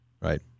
Right